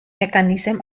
mechanisms